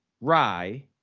rye